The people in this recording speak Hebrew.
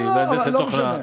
שהיא מהנדסת תוכנה.